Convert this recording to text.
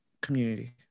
community